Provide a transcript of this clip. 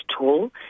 tool